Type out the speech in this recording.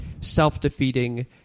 self-defeating